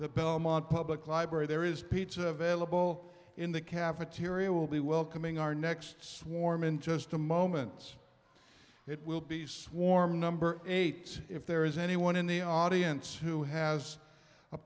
the belmont public library there is pizza vailable in the cafeteria will be welcoming our next swarm in just a moments it will be swarming number eight if there is anyone in the audience who has a